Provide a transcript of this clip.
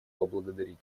поблагодарить